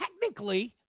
technically